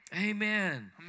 Amen